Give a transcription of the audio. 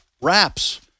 wraps